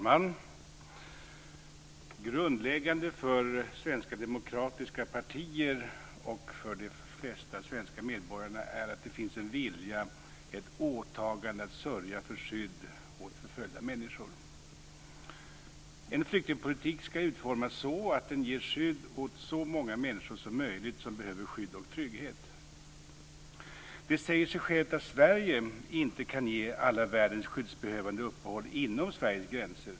Fru talman! Grundläggande för svenska demokratiska partier och för de flesta svenska medborgare är att det finns en vilja och ett åtagande att sörja för skydd åt förföljda människor. En flyktingpolitik ska utformas så att den ger skydd åt så många människor som möjligt som behöver skydd och trygghet. Det säger sig självt att Sverige inte kan ge alla världens skyddsbehövande uppehåll inom Sveriges gränser.